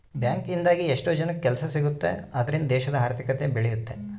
bank ಇಂದಾಗಿ ಎಷ್ಟೋ ಜನಕ್ಕೆ ಕೆಲ್ಸ ಸಿಗುತ್ತ್ ಅದ್ರಿಂದ ದೇಶದ ಆರ್ಥಿಕತೆ ಬೆಳಿಯುತ್ತೆ